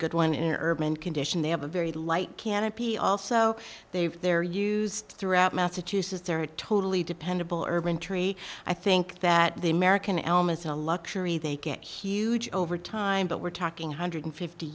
good one in urban condition they have a very light canopy also they've they're used throughout massachusetts or totally dependable urban tree i think that the american elm is a luxury they get huge over time but we're talking hundred fifty